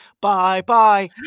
Bye-bye